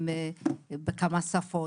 בכמה שפות?